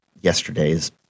yesterday's